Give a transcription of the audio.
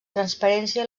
transparència